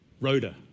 Rhoda